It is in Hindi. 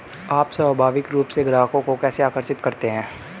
आप स्वाभाविक रूप से ग्राहकों को कैसे आकर्षित करते हैं?